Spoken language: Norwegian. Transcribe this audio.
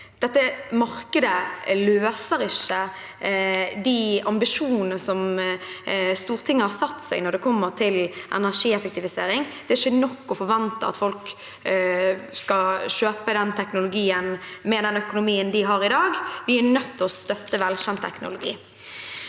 Dette markedet løser ikke de ambisjonene Stortinget har når gjelder energieffektivisering. Det er ikke nok å forvente at folk skal kjøpe denne teknologien med den økonomien de har i dag. Vi er nødt til å støtte velkjent teknologi.